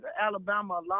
Alabama